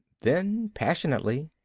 then passionately.